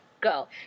go